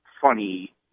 funny